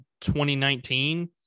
2019